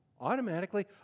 automatically